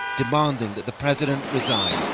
demanding that the president resign.